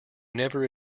never